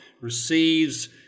receives